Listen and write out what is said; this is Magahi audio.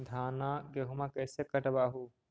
धाना, गेहुमा कैसे कटबा हू?